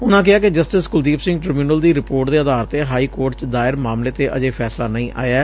ਉਨੂਾ ਕਿਹਾ ਕਿ ਜਸਟਿਸ ਕੁਲਦੀਪ ਸਿੰਘ ਟ੍ਰਿਬਿਊਨਲ ਦੀ ਰਿਪੋਰਟ ਦੇ ਆਧਾਰ ਤੇ ਹਾਈ ਕੋਰਟ ਚ ਦਾਇਰ ਮਾਮਲੇ ਤੇ ਅਜੇ ਫੈਸਲਾ ਨਹੀਂ ਆਇਐ